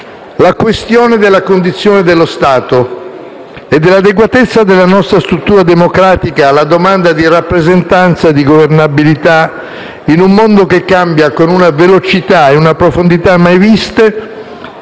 La questione della condizione dello Stato e l'adeguatezza della nostra struttura democratica alla domanda di rappresentanza e di governabilità, in un mondo che cambia con una velocità e una profondità mai viste,